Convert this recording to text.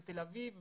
בתל אביב,